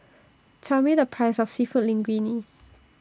Tell Me The Price of Seafood Linguine